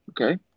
okay